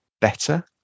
better